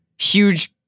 huge